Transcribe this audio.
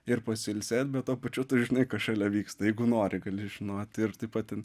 ir pasiilsėt bet tuo pačiu tu žinai kas šalia vyksta jeigu nori gali žinoti ir taip pat ten